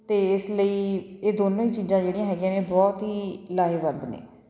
ਅਤੇ ਇਸ ਲਈ ਇਹ ਦੋਨੋਂ ਹੀ ਚੀਜ਼ਾਂ ਜਿਹੜੀਆਂ ਹੈਗੀਆਂ ਨੇ ਬਹੁਤ ਹੀ ਲਾਹੇਵੰਦ ਨੇ